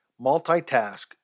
multitask